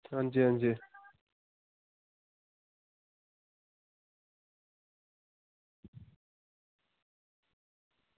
आं जी आं जी